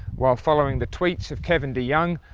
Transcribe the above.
while following the tweets of kevin deyoung,